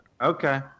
Okay